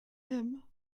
him